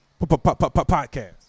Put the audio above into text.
Podcast